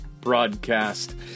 broadcast